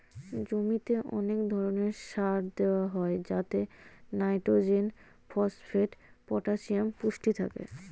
জমিতে অনেক ধরণের সার দেওয়া হয় যাতে নাইট্রোজেন, ফসফেট, পটাসিয়াম পুষ্টি থাকে